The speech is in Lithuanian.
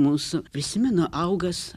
mūsų prisimenu augas